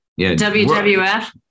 WWF